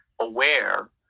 aware